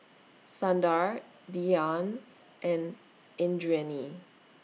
Sundar Dhyan and Indranee